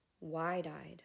wide-eyed